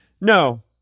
no